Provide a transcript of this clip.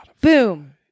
Boom